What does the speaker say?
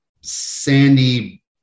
sandy